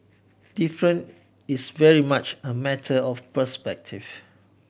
different is very much a matter of perspective